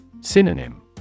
Synonym